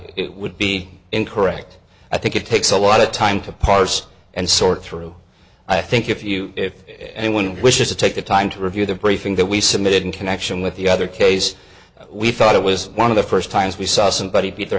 it would be incorrect i think it takes a lot of time to parse and sort through i think if you if anyone wishes to take the time to review the briefing that we submitted in connection with the other case we thought it was one of the first times we saw somebody beat their